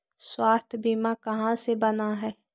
स्वास्थ्य बीमा कहा से बना है?